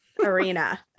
arena